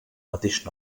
mateix